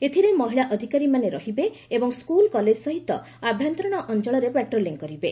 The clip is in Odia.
ଏଥିରେ ମହିଳା ଅଧିକାରୀମାନେ ରହିବେ ଏବଂ ସ୍କୁଲ୍ କଳେଜ୍ ସହିତ ଆଭ୍ୟନ୍ତରିଣ ଅଞ୍ଞଳରେ ପାଟ୍ରୋଲିଂ କରିବେ